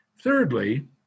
Thirdly